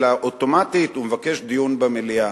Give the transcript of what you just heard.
אלא אוטומטית הוא מבקש דיון במליאה,